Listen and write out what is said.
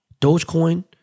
Dogecoin